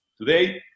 Today